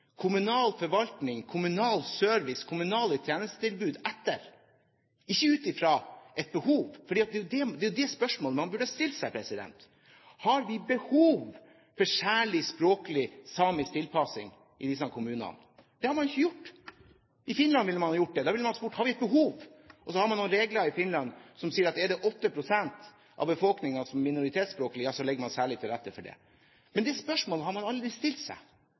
kommunal forvaltning, kommunal service og kommunale tjenestetilbud etter, ikke ut fra et behov. Da er jo det spørsmålet man burde ha stilt seg: Har vi behov for særlig språklig samisk tilpasning i disse kommunene? Det har man ikke gjort. I Finland ville man ha gjort det. Der ville man spurt: Har vi et behov? Man har noen regler i Finland som sier at dersom 8 pst. av befolkningen er minoritetsspråklig, legger man særlig til rette for det. Men det spørsmålet har man aldri stilt seg